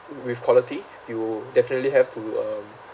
with quality you definitely have to um